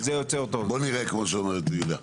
טוב אוקי בוא נראה כמו שאומרת יוליה.